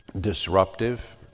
disruptive